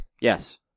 Yes